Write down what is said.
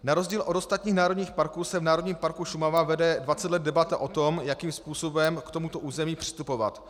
Na rozdíl od ostatních národních parků se v Národním parku Šumava vede dvacet let debata o tom, jakým způsobem k tomuto území přistupovat.